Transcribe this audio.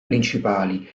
principali